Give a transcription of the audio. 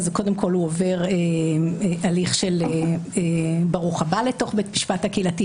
הוא קודם כל עובר הליך של ברוך הבא לתוך בית המשפט הקהילתי,